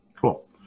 Cool